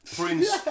Prince